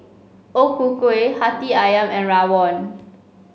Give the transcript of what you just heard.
O Ku Kueh Hati ayam and Rawon